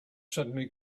suddenly